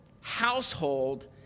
household